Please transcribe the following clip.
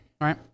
right